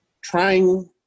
trying